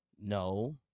No